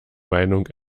meinung